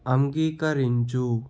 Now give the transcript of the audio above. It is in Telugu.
అంగీకరించు